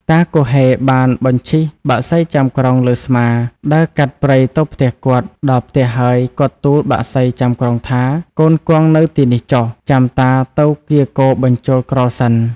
តាគហ៊េបានបញ្ជិះបក្សីចាំក្រុងលើស្មា ដើរកាត់ព្រៃទៅផ្ទះគាត់ ដល់ផ្ទះហើយ គាត់ទូលបក្សីចាំក្រុងថា "កូនគង់នៅទីនេះចុះ ចាំតាទៅកៀរគោបញ្ចូល ក្រោលសិន"។